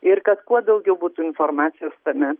ir kad kuo daugiau būtų informacijos tame